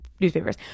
newspapers